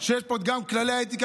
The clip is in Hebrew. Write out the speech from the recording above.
יש פה גם את כללי האתיקה.